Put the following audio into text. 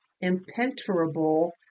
impenetrable